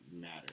matter